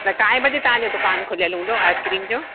त काएं ॿजे तव्हांजो दुकानु खुलियल हुंदो आइसक्रीम जो